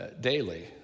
daily